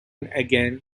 again